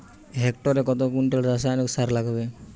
হেক্টরে কত কুইন্টাল রাসায়নিক সার লাগবে?